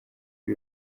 iri